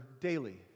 daily